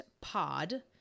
pod